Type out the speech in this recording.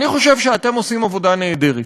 אני חושב שאתם עושים עבודה נהדרת.